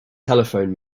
telephoned